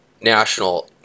national